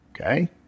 Okay